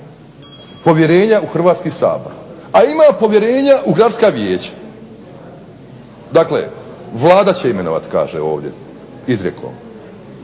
povjerenja u Hrvatski sabora, a ima povjerenja u gradska vijeća. Dakle, Vlada će imenovati kaže ovdje izrijekom